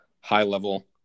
high-level